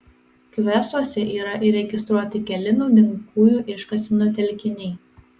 kvesuose yra įregistruoti keli naudingųjų iškasenų telkiniai